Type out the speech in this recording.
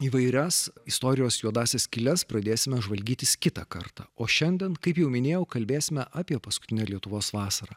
įvairias istorijos juodąsias skyles pradėsime žvalgytis kitą kartą o šiandien kaip jau minėjau kalbėsime apie paskutinę lietuvos vasarą